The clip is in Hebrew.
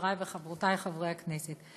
חברי וחברותי חברי הכנסת,